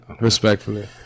Respectfully